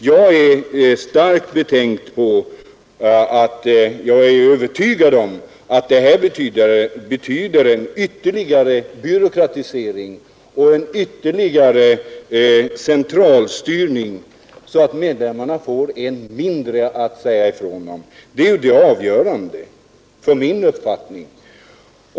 Jag är övertygad om att det här betyder en ytterligare byråkratisering och en ytterligare centralstyrning, så att medlemmarna får än mindre att säga till om. Det är det avgörande för min uppfattning.